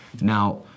Now